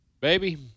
baby